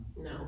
No